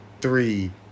three